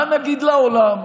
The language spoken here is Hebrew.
מה נגיד לעולם?